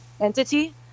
entity